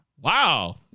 Wow